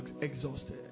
exhausted